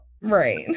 Right